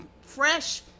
fresh